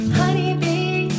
honeybee